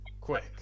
quick